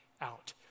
out